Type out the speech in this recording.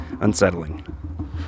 unsettling